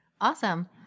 Awesome